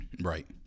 right